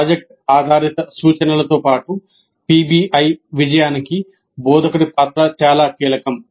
project ఆధారిత సూచనలతో పాటు పిబిఐ విజయానికి బోధకుడి పాత్ర చాలా కీలకం